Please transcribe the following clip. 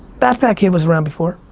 that that kid was around before,